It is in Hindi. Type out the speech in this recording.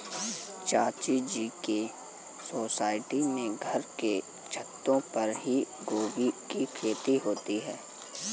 चाचा जी के सोसाइटी में घर के छतों पर ही गोभी की खेती होती है